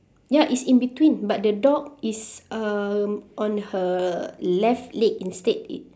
ya it's in between but the dog is um on her left leg instead it